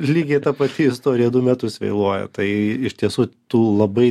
lygiai ta pati istorija du metus vėluoja tai iš tiesų tų labai